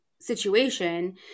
situation